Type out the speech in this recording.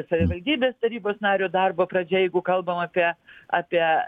savivaldybės tarybos nario darbo pradžia jeigu kalbam apie apie